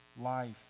life